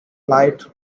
light